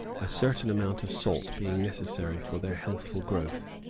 a certain amount of salt being necessary for their healthful growth.